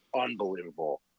unbelievable